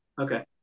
okay